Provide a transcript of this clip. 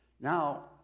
Now